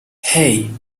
hey